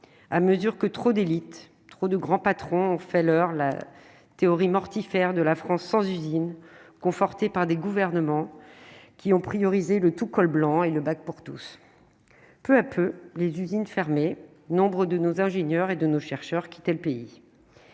à mesure que trop d'élite, trop de grands patrons ont fait leur la théorie mortifère de la France, sans usine, conforté par des gouvernements qui ont prioriser le tout cols blancs et le bac pour tous, peu à peu les usines fermées, nombre de nos ingénieurs et de nos chercheurs, quitter le pays,